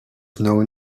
known